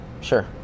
sure